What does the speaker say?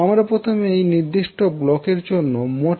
আমরা প্রথমে এই নির্দিষ্ট ব্লকের জন্য মোট ইম্পিডেন্স বের করব